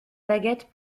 baguette